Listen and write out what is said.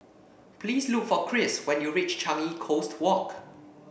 please look for Kris when you reach Changi Coast Walk